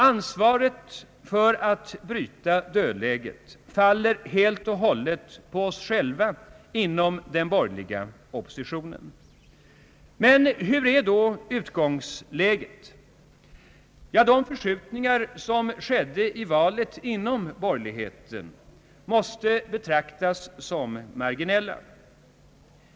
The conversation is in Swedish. Ansvaret för att bryta dödläget faller helt och hållet på oss själva inom den borgerliga oppositionen. Hur är då utgångsläget? De förskjutningar som skedde i valet inom borgerligheten måste betraktas såsom marginella.